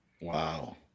Wow